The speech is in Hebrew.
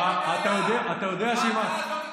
זה מה שאתם עושים.